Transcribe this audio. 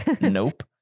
Nope